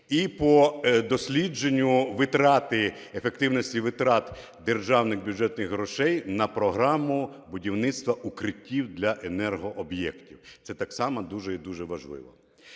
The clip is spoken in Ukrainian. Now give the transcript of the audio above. і по дослідженню ефективності витрат державних бюджетних грошей на програму будівництва укриттів для енергооб'єктів, це так само дуже і дуже важливо.